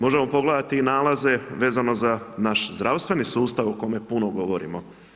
Možemo pogledati i nalaze vezano za naš zdravstveni sustav o kome puno govorimo.